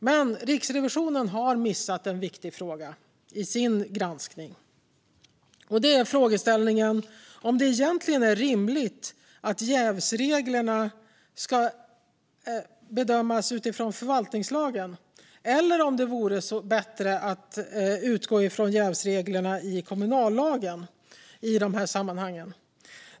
Men Riksrevisionen har missat en viktig fråga i sin granskning, nämligen frågeställningen om det egentligen är rimligt att jäv ska bedömas utifrån reglerna i förvaltningslagen eller om det vore bättre att utgå från jävsreglerna i kommunallagen i dessa sammanhang.